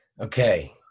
Okay